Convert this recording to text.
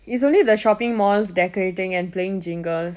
it's only the shopping malls decorating and playing jingle